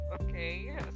Okay